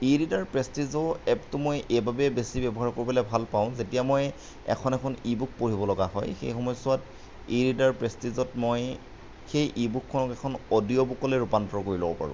Prestige' এপটো মই এইবাবেই বেছি ব্যৱহাৰ কৰিবলৈ ভাল পাওঁ যেতিয়া মই এখন এখন ই বুক পঢ়িব লগা হয় সেই সময়ছোৱাত ই ৰিডাৰ পেষ্টিজ'ত মই সেই ই বুকখনক এখন অডিঅ' বুকলৈ ৰূপান্তৰ কৰি ল'ব পাৰোঁ